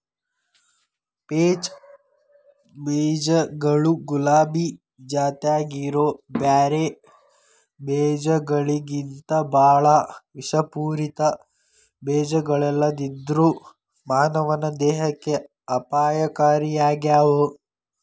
peach ಬೇಜಗಳು ಗುಲಾಬಿ ಜಾತ್ಯಾಗಿರೋ ಬ್ಯಾರೆ ಬೇಜಗಳಿಗಿಂತಬಾಳ ವಿಷಪೂರಿತ ಬೇಜಗಳಲ್ಲದೆದ್ರು ಮಾನವನ ದೇಹಕ್ಕೆ ಅಪಾಯಕಾರಿಯಾಗ್ಯಾವ